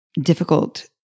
difficult